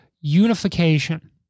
unification